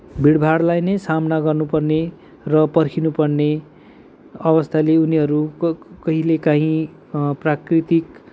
भिडभाडलाई नै सामना गर्नुपर्ने र पर्खिनुपर्ने अवस्थाले उनीहरू क कहिलेकाँही प्राकृतिक